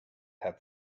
have